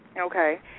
Okay